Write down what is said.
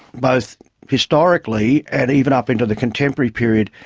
both historically and even up into the contemporary period,